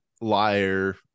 liar